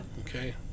Okay